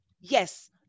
Yes